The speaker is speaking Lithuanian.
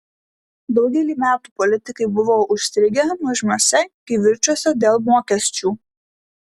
daugelį metų politikai buvo užstrigę nuožmiuose kivirčuose dėl mokesčių